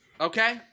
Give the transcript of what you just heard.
Okay